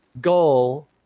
goal